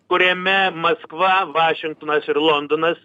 kuriame maskva vašingtonas ir londonas